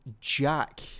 Jack